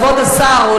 כבוד השר,